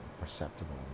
perceptible